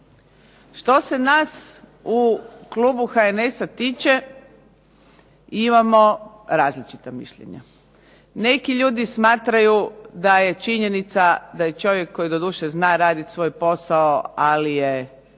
Što se nas u Klubu HNS-a tiče imamo različita mišljenja. Neki ljudi smatraju da je činjenica da je čovjek koji doduše zna raditi svoj posao, ali je